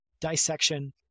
dissection